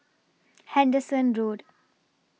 Henderson Road